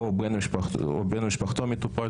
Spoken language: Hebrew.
"בסעיף זה, "מפקח"